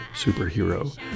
superhero